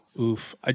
Oof